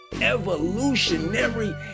evolutionary